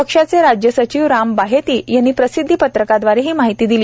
पक्षाचे राज्य सचिव राम बाहेती यांनी प्रसिद्धीपत्रकाद्वारे ही माहिती दिली